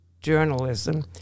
Journalism